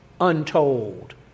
untold